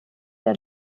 der